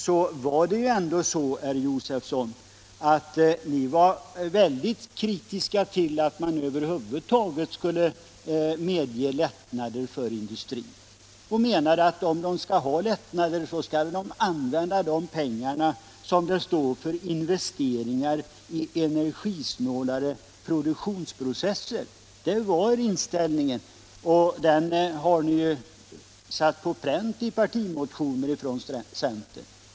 Det var ändå så, herr Josefson, att ni var synnerligen kritiska mot att man över huvud taget skulle medge lättnader för industrin och menade att om industriföretagen får lättnader, så skall de använda pengarna — som det står — för investeringar i energisnålare produktionsprocesser. Det var inställningen, och den har ni ju satt på pränt i partimotioner från centern.